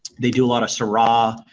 they do a lot of syrah,